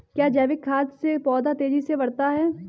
क्या जैविक खाद से पौधा तेजी से बढ़ता है?